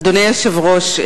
אדוני היושב-ראש,